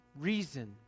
reason